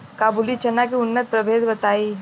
काबुली चना के उन्नत प्रभेद बताई?